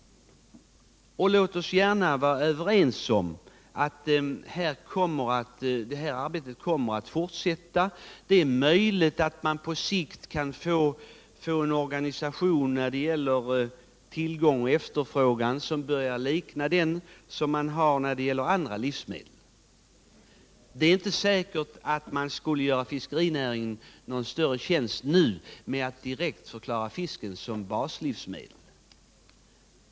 Låt oss vara överens om att detta arbete kommer att fortsätta. Det är möjligt att man på sikt kan få en organisation när det gäller tillgång och efterfrågan som liknar den man har för andra livsmedel. Det är inte säkert att man skulle göra fiskerinäringen någon större tjänst genom att nu direkt förklara fisken som baslivsmedel.